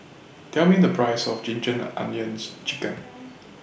Tell Me The Price of Ginger Onions Chicken